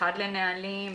אחד לנהלים,